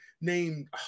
named